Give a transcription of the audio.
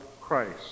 Christ